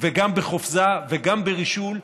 גם בחופזה וגם ברישול,